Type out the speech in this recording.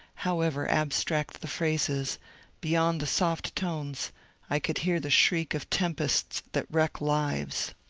however ab stract the phrases beyond the soft tones i could hear the shriek of tempests that wreck lives.